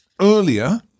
earlier